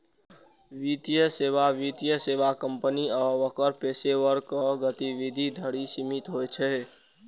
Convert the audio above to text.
वित्तीय सेवा वित्तीय सेवा कंपनी आ ओकर पेशेवरक गतिविधि धरि सीमित होइ छै